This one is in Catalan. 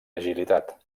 agilitat